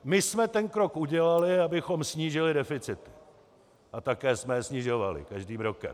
My jsme ten krok udělali, abychom snížili deficit, a také jsme je snižovali každým rokem.